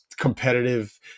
Competitive